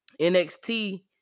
NXT